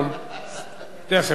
סיימתם את הדיון?